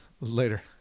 Later